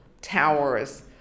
towers